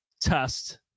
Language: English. test